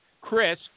Chris